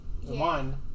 one